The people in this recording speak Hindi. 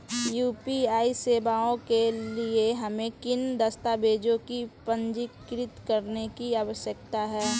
यू.पी.आई सेवाओं के लिए हमें किन दस्तावेज़ों को पंजीकृत करने की आवश्यकता है?